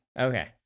Okay